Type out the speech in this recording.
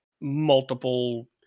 multiple